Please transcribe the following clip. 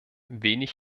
wenig